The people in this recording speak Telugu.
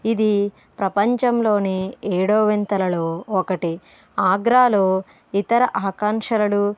ఇది ప్రపంచంలోనే ఏడో వింతలలో ఒకటి ఆగ్రాలో ఇతర ఆకాంక్షణలు